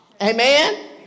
Amen